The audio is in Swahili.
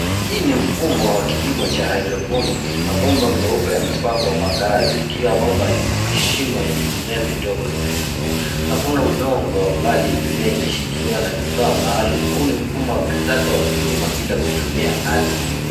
Hii ni mfumo wa kilimo cha hydroponics . Mabomba meupe yamepangwa kwa ngazi. Kila bomba lina mashimo yenye mimea midogo inayokua. Hakuna udongo bali mimea inashikiliwa na vifaa maalum. Huu ni mfumo wa kisasa wa kulima bila kutumia ardhi kubwa.